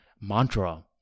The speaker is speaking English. mantra